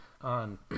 on